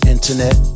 Internet